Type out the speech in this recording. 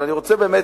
אבל אני רוצה באמת,